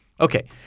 Okay